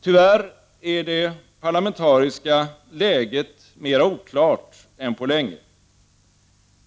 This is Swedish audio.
Tyvärr är det parlamentariska läget mera oklart än på länge.